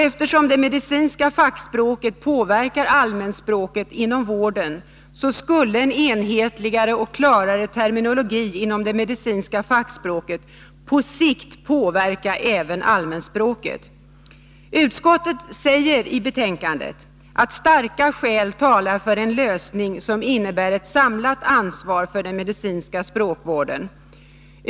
Eftersom det medicinska fackspråket påverkar allmänspråket inom vården skulle en enhetligare och klarare terminologi inom det medicinska fackspråket på sikt påverka även allmänspråket. Utskottet säger i betänkandet att starka skäl talar för en lösning som innebär ett samlat ansvar för den medicinska språkvården.